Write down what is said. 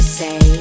say